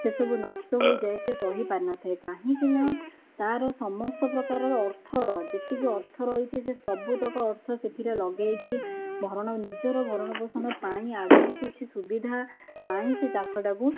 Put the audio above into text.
ସେସବୁ ନଷ୍ଟ ହୋଇଯାଏ ସେ ସହିପାରିନଥାଏ କାହିଁକିନା ତା'ର ସମସ୍ତ ପ୍ରକାରର ଅର୍ଥର ଯେତିକି ଅର୍ଥ ରହିଛି ସେ ସବୁତକ ଅର୍ଥ ସେଥିରେ ଲଗାଇକି ଭରଣ ନିଜର ଭରଣପୋଷଣ ପାଇଁ ଆଗକୁ କିଛି ସୁବିଧା ପାଇଁ ସେ ଚାଷଟାକୁ